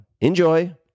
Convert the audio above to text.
enjoy